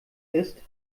ist